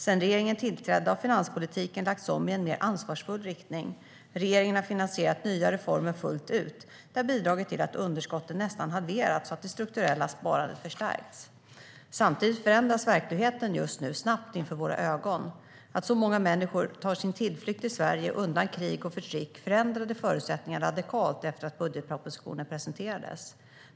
Sedan regeringen tillträdde har finanspolitiken lagts om i en mer ansvarsfull riktning. Regeringen har finansierat nya reformer fullt ut. Det har bidragit till att underskottet nästan halverats och att det strukturella sparandet förstärkts. Samtidigt förändras verkligheten just nu snabbt inför våra ögon. Att så många människor tar sin tillflykt till Sverige undan krig och förtryck förändrade förutsättningarna radikalt efter att budgetpropositionen presenterades.